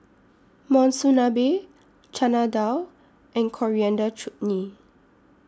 Monsunabe Chana Dal and Coriander Chutney